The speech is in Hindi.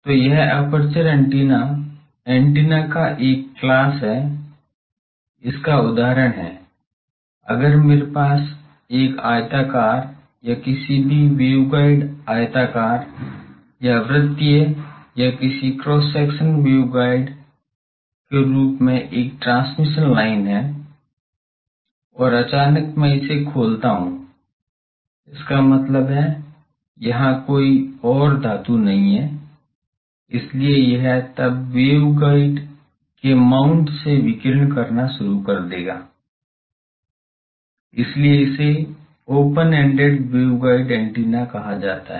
तो यह एपर्चर एंटीना एंटीना का एक वर्ग है इसका उदाहरण हैं अगर मेरे पास एक आयताकार या किसी भी वेवगाइड आयताकार या वृतीय या किसी क्रॉस सेक्शन वेव गाइड के रूप में एक ट्रांसमिशन लाइन है और अचानक मैं इसे खोलता हूं इसका मतलब है यहाँ कोई और धातु नहीं है इसलिए यह तब वेवगाइड के माउंट से विकिरण करना शुरू कर देगा इसलिए इसे open ended wave guide antenna कहा जाता है